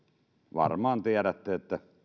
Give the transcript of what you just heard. varmaan tiedätte